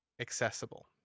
accessible